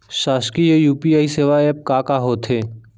शासकीय यू.पी.आई सेवा एप का का होथे?